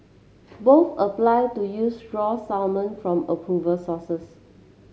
both applied to use raw salmon from approver sources